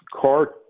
car